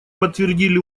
подтвердили